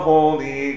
Holy